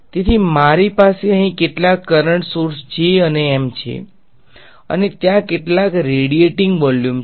તેથી મારી પાસે અહીં કેટલાક કરંટસોર્સ જે J અને M છે અને ત્યાં કેટલાક રેડીએટીંગ વોલ્યુમ છે